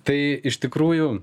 tai iš tikrųjų